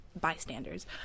bystanders